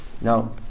now